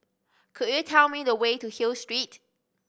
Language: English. could you tell me the way to Hill Street